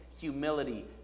humility